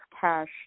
cash